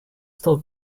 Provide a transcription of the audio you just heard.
still